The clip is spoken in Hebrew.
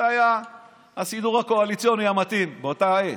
זה היה הסידור הקואליציוני המתאים באותה עת,